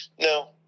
no